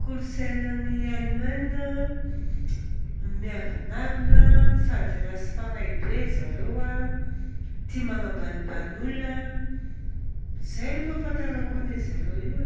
Kolontsainan'ny Alemaina a, miavonavona sady ratsy fagnahy be arizareo a, tia magnambanimbany olona. Izay aloha ny fahafantarako anarizareo io e.